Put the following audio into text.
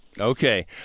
Okay